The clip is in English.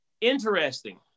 interesting